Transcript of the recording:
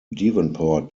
devonport